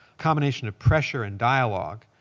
combination of pressure and dialogue?